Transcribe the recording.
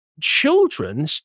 Children